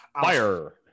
fire